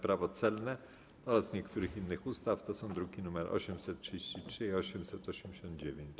Prawo celne oraz niektórych innych ustaw (druki nr 833 i 889)